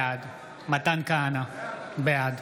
בעד מתן כהנא, בעד